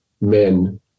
men